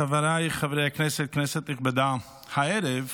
חבריי חברי הכנסת, כנסת נכבדה, הערב,